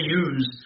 use